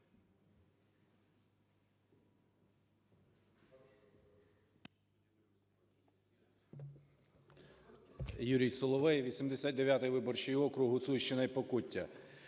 Юрій Соловей, 89-й виборчий округ, Гуцульщина і Покуття.